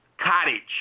cottage